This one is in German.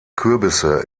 kürbisse